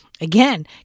Again